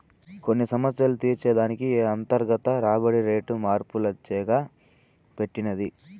కొన్ని సమస్యలు తీర్చే దానికి ఈ అంతర్గత రాబడి రేటు మార్పు లచ్చెంగా పెట్టినది